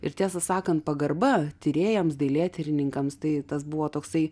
ir tiesą sakant pagarba tyrėjams dailėtyrininkams tai tas buvo toksai